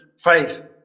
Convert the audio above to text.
faith